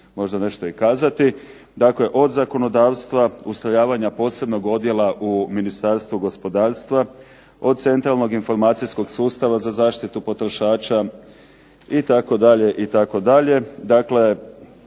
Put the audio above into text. možda nešto i kazati. Dakle, od zakonodavstva, ustrojavanja posebnog odjela u Ministarstvu gospodarstva, od Centralnog informacijskog sustava za zaštitu potrošača itd. dakle, svakako treba